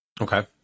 Okay